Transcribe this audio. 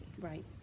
right